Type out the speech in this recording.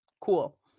Cool